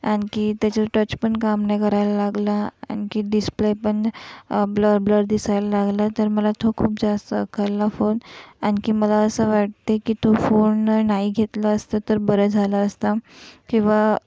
आणखी त्याचं टच पण काम नाही करायला लागलं आणखी डिस्प्ले पण ब्लर ब्लर दिसायला लागलं तर मला तो खूप जास्त अखरला फोन आणखी मला असं वाटते की तो फोन नाही घेतला असतं तर बरं झालं असतं किंवा